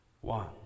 one